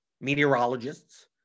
meteorologists